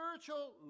spiritual